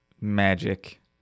magic